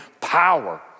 power